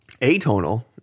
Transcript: Atonal